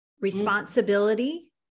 responsibility